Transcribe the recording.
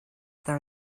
their